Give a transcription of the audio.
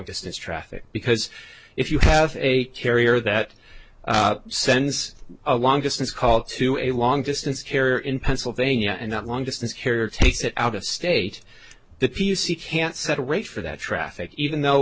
distance traffic because if you have a carrier that sends a long distance call to a long distance carrier in pennsylvania and that long distance carrier takes it out of state the p c can't set a rate for that traffic even though